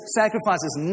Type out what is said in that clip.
sacrifices